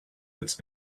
its